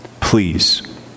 Please